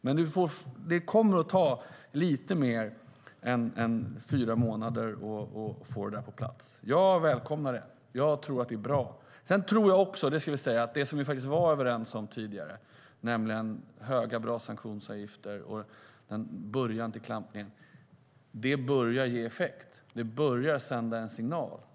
Men det kommer att ta lite mer än fyra månader att få det på plats. Jag välkomnar det. Jag tror att det är bra. Jag tror också att det som vi var överens om tidigare, nämligen höga och bra sanktionsavgifter och början till klampning, börjar ge effekt. Det börjar sända en signal.